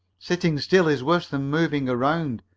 sitting still is worse than moving around,